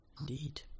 Indeed